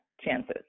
Chances